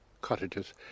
cottages